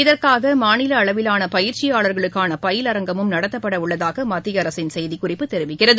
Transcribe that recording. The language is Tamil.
இதற்காக மாநில அளவிலான பயிற்சியாளர்களுக்கான பயிலரங்கமும் நடத்தப்பட உள்ளதாக மத்திய அரசின் செய்திக்குறிப்பு தெரிவிக்கிறது